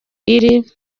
iri